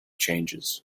changes